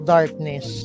Darkness